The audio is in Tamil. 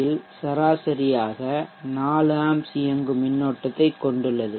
யில் சராசரியாக 4 ஆம்ப்ஸ் இயங்கும் மின்னோட்டத்தைக் கொண்டுள்ளது